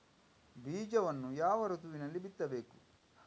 ಬೀಜವನ್ನು ಯಾವ ಋತುವಿನಲ್ಲಿ ಬಿತ್ತಬೇಕು?